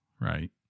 right